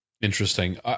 Interesting